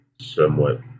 somewhat